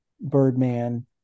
Birdman